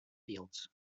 fields